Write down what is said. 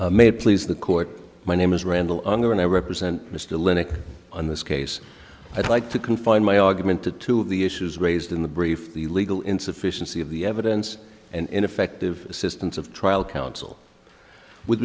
right may please the court my name is randall unger and i represent mr linacre on this case i'd like to confine my argument to two of the issues raised in the brief the legal insufficiency of the evidence and ineffective assistance of trial counsel with